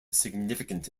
significant